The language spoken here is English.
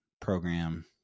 program